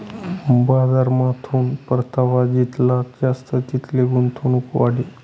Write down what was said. बजारमाथून परतावा जितला जास्त तितली गुंतवणूक वाढी